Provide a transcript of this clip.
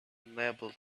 unable